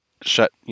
shut